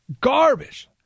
garbage